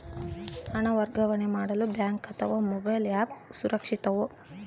ಹಣ ವರ್ಗಾವಣೆ ಮಾಡಲು ಬ್ಯಾಂಕ್ ಅಥವಾ ಮೋಬೈಲ್ ಆ್ಯಪ್ ಸುರಕ್ಷಿತವೋ?